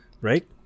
Right